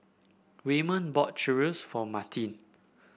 Waymon bought Chorizo for Martine